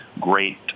great